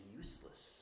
useless